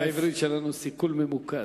בעברית שלנו, סיכול ממוקד.